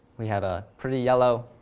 we have a pretty, yellow,